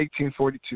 1842